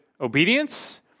obedience